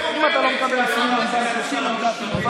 אתה בטח יודע מי סירס את החוק של הביקורת על הפרקליטות,